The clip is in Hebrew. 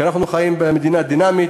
כי אנחנו חיים במדינה דינמית,